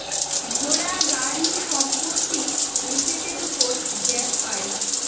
ঘোড়া, গাড়ি, সম্পত্তি এসেটের উপর গ্যাপ পাই